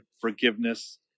forgiveness